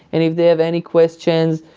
and if they have any questions,